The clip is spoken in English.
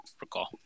recall